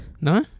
No